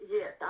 Yes